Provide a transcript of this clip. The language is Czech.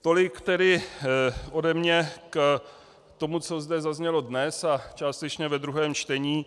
Tolik tedy ode mě k tomu, co zde zaznělo dnes a částečně ve druhém čtení.